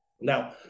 Now